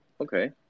okay